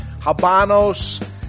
Habanos